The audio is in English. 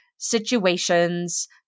Situations